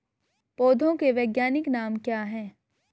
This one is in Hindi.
पौधों के वैज्ञानिक नाम क्या हैं?